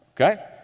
Okay